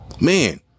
man